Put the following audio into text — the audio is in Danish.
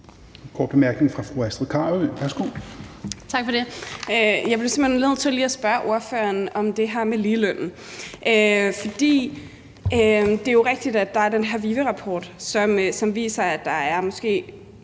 Jeg bliver simpelt hen nødt til lige at spørge ordføreren om det her med ligelønnen. Det er jo rigtigt, at der er den her VIVE-rapport, som viser, at der nu kun